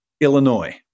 Illinois